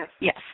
yes